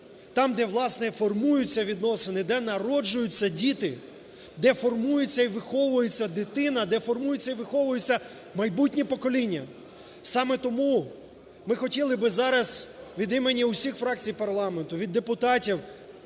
власне, формуються відносини, де народжуються діти, де формується і виховується дитина, де формується і виховується майбутнє покоління. Саме тому ми хотіли би зараз від імені всіх фракцій парламенту, від депутатів